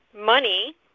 money